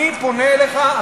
אני פונה אליך,